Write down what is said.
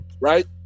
right